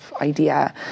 idea